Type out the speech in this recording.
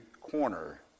corner